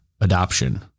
adoption